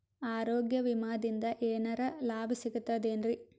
ಆರೋಗ್ಯ ವಿಮಾದಿಂದ ಏನರ್ ಲಾಭ ಸಿಗತದೇನ್ರಿ?